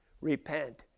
Repent